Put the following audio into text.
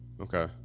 Okay